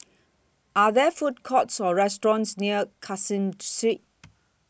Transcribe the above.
Are There Food Courts Or restaurants near Caseen Street